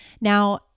Now